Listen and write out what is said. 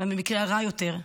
ובמקרה הרע יותר,